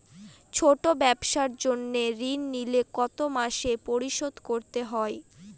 ছোট ব্যবসার জন্য ঋণ নিলে কত মাসে পরিশোধ করতে হয়?